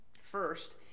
First